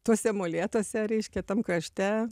tuose molėtuose reiškia tam krašte